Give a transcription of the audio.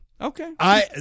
Okay